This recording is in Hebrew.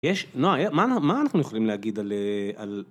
יש, נועה, מה אנחנו יכולים להגיד על...